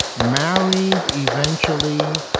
married eventually